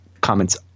comments